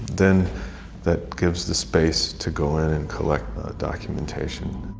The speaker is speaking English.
then that gives the space to go in and collect documentation.